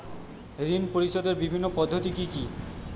ঋণ পরিশোধের বিভিন্ন পদ্ধতি কি কি?